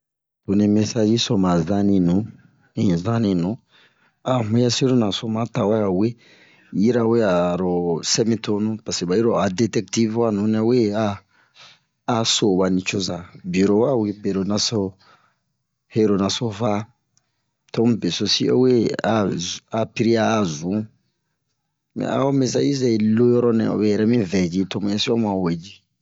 toni mesazi so ma zanni nu ni zanni a muyɛsi lo naso ma tawe a wee yirawe aro sɛ mi tonu paseke ɓa yiro o a detɛktif nu nɛ wee a so ɓa nucoza biye-ro wa wee biye-ro naso hero naso va tomu besosi o we a zun a piri'a a zun mɛ ho mesazi so yi yɔrɔnɛ obe yɛrɛ mi vɛ ji to muyɛsi oma we ji